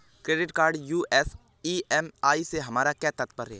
Credit card US EMI से हमारा क्या तात्पर्य है?